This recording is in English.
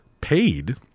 paid